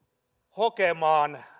hokemaan